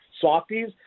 softies